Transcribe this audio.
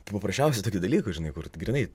paprasčiausių tokių dalykų žinai kur grynai